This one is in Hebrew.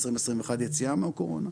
2021 יציאה מהקורונה,